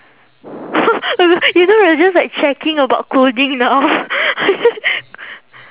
you know we are just like checking about clothing now